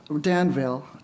Danville